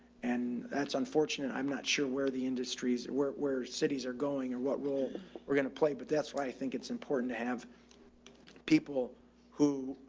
and that's unfortunate. i'm not sure where the industries were, where cities are going or what role we're going to play, but that's why think it's important to have people who,